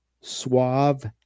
suave